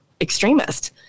extremist